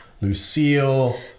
Lucille